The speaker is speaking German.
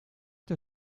der